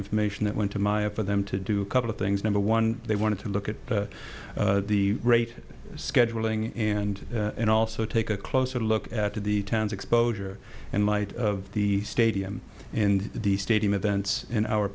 information that went to my up for them to do a couple of things number one they wanted to look at the rate scheduling and then also take a closer look at the town's exposure and might of the stadium and the stadium events in our